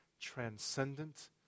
transcendent